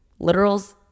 literals